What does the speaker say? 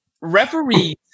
Referees